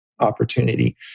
Opportunity